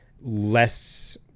less